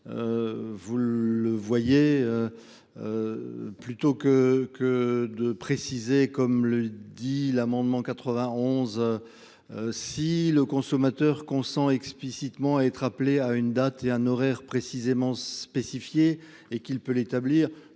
Vous le voyez, plutôt que de préciser comme le dit l'amendement 91, si le consommateur consent explicitement à être appelé à une date et un horaire précisément spécifiés et qu'il peut l'établir,